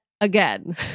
again